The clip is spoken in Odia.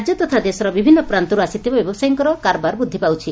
ରାକ୍ୟ ତଥା ଦେଶର ବିଭିନ୍ନ ପ୍ରାନ୍ତରୁ ଆସିଥିବା ବ୍ୟବସାୟୀଙ୍କର କାରବାର ବୃଦ୍ଧି ପାଉଛି